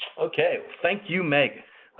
okay. thank you, meg.